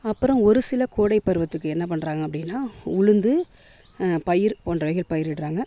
அப்புறம் ஒருசில கோடை பருவத்துக்கு என்ன பண்ணுறாங்க அப்படின்னா உளுந்து பயிர் போன்றவைகள் பயிரிடறாங்க